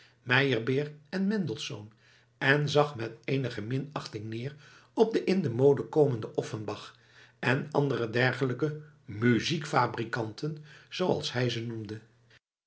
mozart meyerbeer en mendelsohn en zag met eenige minachting neer op den in de mode komenden offenbach en andere dergelijke muziekfabrikanten zooals hij ze noemde